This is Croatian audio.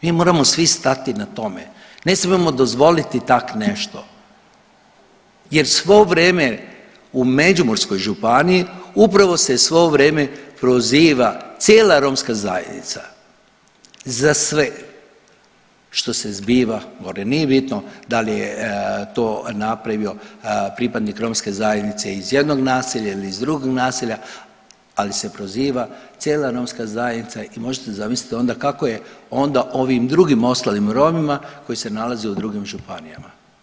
Mi moramo svi stati na tome, ne smijemo dozvoliti tak nešto jer svo vreme u Međimurskoj županiji upravo se svo vreme proziva cijela romska zajednica, za sve što se zbiva gore, nije bitno da li je to napravio pripadnik romske zajednice iz jednog naselja ili iz drugog naselja, ali se proziva cijela romska zajednica i možete zamisliti onda kako je onda ovim drugim ostalim Romima koji se nalaze u drugim županijama.